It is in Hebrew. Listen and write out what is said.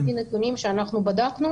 על פי נתונים שאנחנו בדקנו